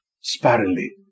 sparingly